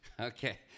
Okay